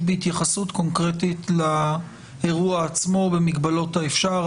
בהתייחסות קונקרטית לאירוע עצמו במגבלות האפשר.